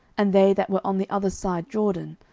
and they that were on the other side jordan,